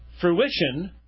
fruition